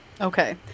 Okay